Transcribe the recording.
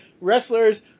wrestlers